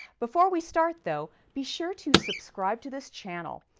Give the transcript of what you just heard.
before we start though, be sure to subscribe to this channel.